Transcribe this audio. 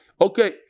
Okay